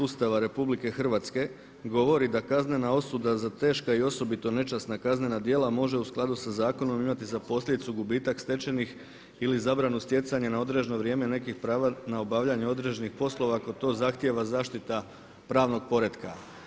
Ustava RH govori da kaznena osuda za teška i osobito nečasna kaznena djela može u skladu sa zakonom imati za posljedicu gubitak stečenih ili zabranu stjecanja na određeno vrijeme nekih prava na obavljanje određenih poslova ako to zahtjeva zaštita pravnog poretka.